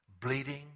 bleeding